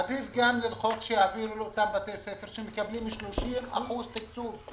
עדיף ללחוץ שיעבירו לאותם בתי הספר שמקבלים 30% תקצוב.